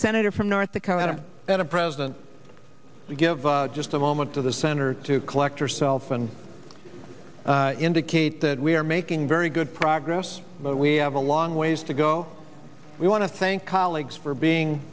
senator from north dakota that a president would give just a moment to the center to collect herself and indicate that we are making very good progress but we have a long ways to go we want to thank colleagues for being